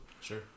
Sure